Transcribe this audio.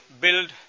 build